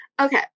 Okay